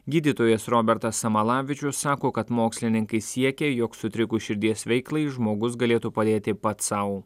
gydytojas robertas samalavičius sako kad mokslininkai siekia jog sutrikus širdies veiklai žmogus galėtų padėti pats sau